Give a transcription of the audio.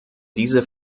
diese